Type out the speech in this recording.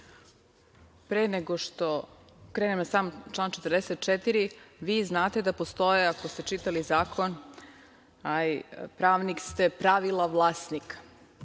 Pre nego što krenem na sam član 44, vi znate da postoje, ako ste čitali zakon, a i pravnik ste, pravilo vlasnika.